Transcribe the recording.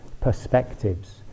perspectives